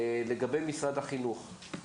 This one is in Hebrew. לגבי משרד החינוך,